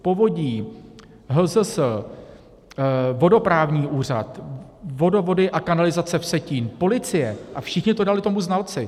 Povodí, HZS, vodoprávní úřad, Vodovody a kanalizace Vsetín, policie, a všichni to dali tomu znalci.